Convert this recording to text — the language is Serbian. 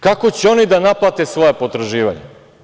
Kako će oni da naplate svoja potraživanja?